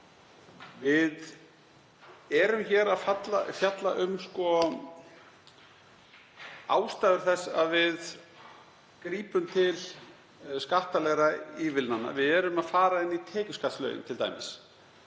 Við erum að fjalla um ástæður þess að við grípum til skattalegra ívilnana. Við erum t.d. að fara inn í tekjuskattslögin og eins